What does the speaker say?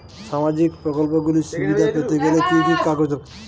সামাজীক প্রকল্পগুলি সুবিধা পেতে গেলে কি কি কাগজ দরকার?